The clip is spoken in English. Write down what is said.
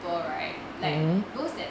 people right like those that